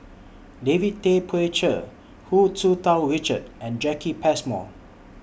David Tay Poey Cher Hu Tsu Tau Richard and Jacki Passmore